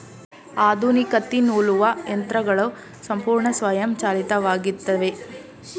ಆಧುನಿಕ ತ್ತಿ ನೂಲುವ ಯಂತ್ರಗಳು ಸಂಪೂರ್ಣ ಸ್ವಯಂಚಾಲಿತವಾಗಿತ್ತವೆ